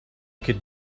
could